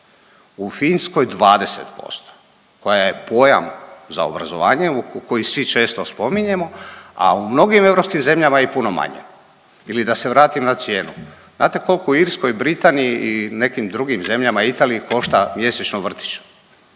U Finskoj 20% koja je pojam za obrazovanje, koju svi često spominjemo, a u mnogim europskim zemljama i puno manje ili da se vratim na cijenu. Znate koliko u Irskoj, Britaniji i nekim drugim zemljama, Italiji košta mjesečno vrtić?